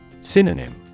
Synonym